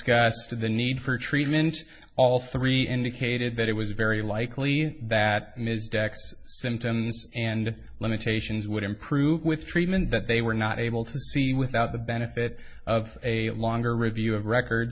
of the need for treatment all three indicated that it was very likely that ms dex symptoms and limitations would improve with treatment but they were not able to see without the benefit of a longer review of records